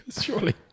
surely